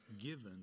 given